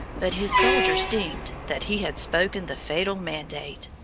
but his soldiers deemed that he had spoken the fatal mandate,